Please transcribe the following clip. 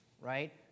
Right